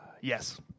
Yes